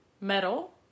metal